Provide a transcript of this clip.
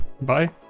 Bye